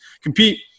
compete